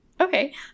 Okay